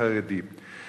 החרדי.